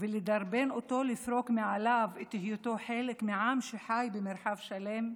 ולדרבן אותו לפרוק מעליו את היותו חלק מעם שחי במרחב שלם,